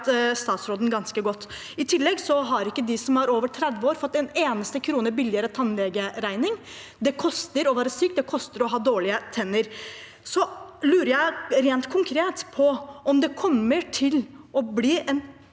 statsråden ganske godt. I tillegg har ikke de som er over 30 år, fått en eneste krone billigere tannlegeregning. Det koster å være syk, det koster å ha dårlige tenner. Jeg lurer rent konkret på om det kommer til å bli